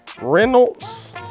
Reynolds